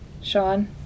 Sean